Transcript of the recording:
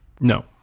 no